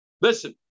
Listen